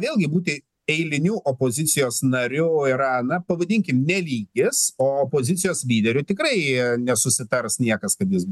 vėlgi būti eiliniu opozicijos nariu yra pavadinkim ne lygis o opozicijos lyderiu tikrai nesusitars niekas kad jis